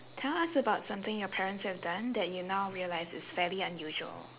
tell us about something your parents have done that you now realise is fairly unusual